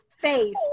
face